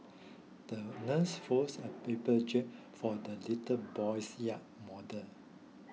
the nurse folded a paper jib for the little boy's yacht model